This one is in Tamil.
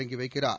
தொடங்கி வைக்கிறார்